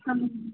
हां